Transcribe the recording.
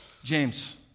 James